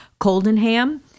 Coldenham